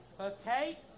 Okay